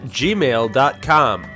gmail.com